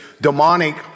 demonic